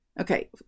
Okay